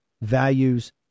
values